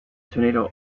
tornado